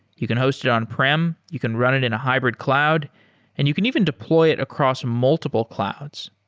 you can host it on-prem, you can run it in a hybrid cloud and you can even deploy it across multiple clouds.